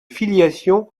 filiation